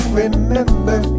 remember